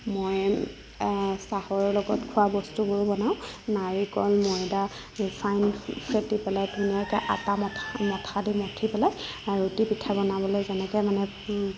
মই চাহৰ লগত খোৱা বস্তুবোৰো বনাও নাৰিকল মৈদা বেচন চব দি পেলাই আটা মঠা মঠাদি মঠি পেলাই ৰুটি পিঠা বনাবলৈ যেনেকৈ মানে